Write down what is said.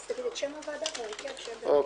אז תגיד את שם הוועדה ואת ההרכב שלה.